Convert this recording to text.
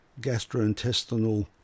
gastrointestinal